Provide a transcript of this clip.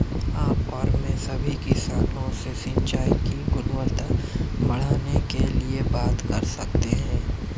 आप और मैं सभी किसानों से सिंचाई की गुणवत्ता बढ़ाने के लिए बात कर सकते हैं